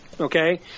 Okay